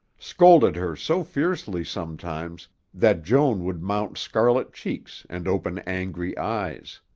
scolded her so fiercely sometimes that joan would mount scarlet cheeks and open angry eyes.